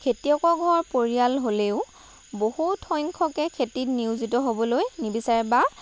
খেতিয়কৰ ঘৰৰ পৰিয়াল হ'লেও বহুত সংখ্যকে খেতিত নিয়োজিত হ'বলৈ নিবিচাৰে বা